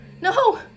No